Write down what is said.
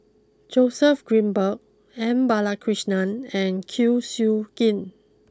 Joseph Grimberg M Balakrishnan and Kwek Siew Jin